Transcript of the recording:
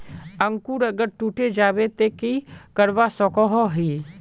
अंकूर अगर टूटे जाबे ते की करवा सकोहो ही?